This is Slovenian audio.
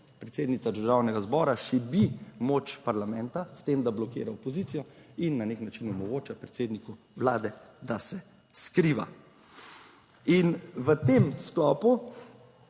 Predsednica Državnega zbora šibi moč parlamenta s tem, da blokira opozicijo in na nek način omogoča predsedniku Vlade, da se skriva. In v tem sklopu